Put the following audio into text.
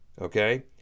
okay